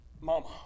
mama